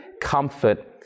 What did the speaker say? comfort